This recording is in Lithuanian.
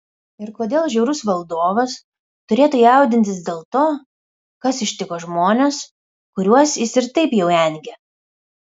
ir kodėl žiaurus valdovas turėtų jaudintis dėl to kas ištiko žmones kuriuos jis ir taip jau engia